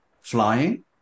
flying